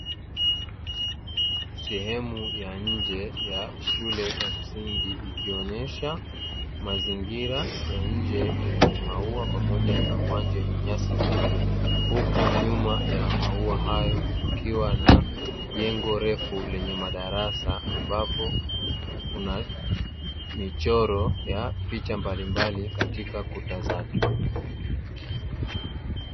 Sehemu ya nje ya shule ya msingi, ikionyesha mazingira ya nje yenye maua pamoja na uwanja wenye nyasi fupi. Huku nyuma ya maua hayo kukiwa na jengo refu lenye madarasa, ambapo kuna michoro ya picha mbalimbali katika kuta zake.